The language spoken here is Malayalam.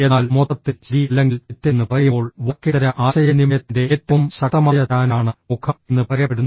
എന്നാൽ മൊത്തത്തിൽ ശരി അല്ലെങ്കിൽ തെറ്റ് എന്ന് പറയുമ്പോൾ വാക്കേതര ആശയവിനിമയത്തിന്റെ ഏറ്റവും ശക്തമായ ചാനലാണ് മുഖം എന്ന് പറയപ്പെടുന്നു